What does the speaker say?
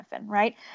right